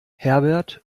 herbert